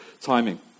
timing